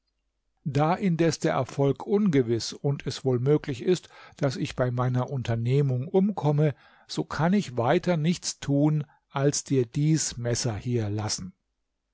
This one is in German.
da indes der erfolg ungewiß und es wohl möglich ist daß ich bei meiner unternehmung umkomme so kann ich weiter nichts tun als dir dies messer hier lassen